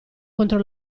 contro